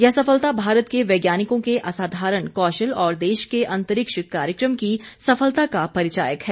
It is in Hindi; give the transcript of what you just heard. यह सफलता भारत के वैज्ञानिकों के असाधारण कौशल और देश के अंतरिक्ष कार्यक्रम की सफलता का परिचायक है